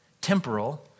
temporal